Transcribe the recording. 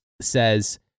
says